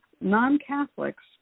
non-Catholics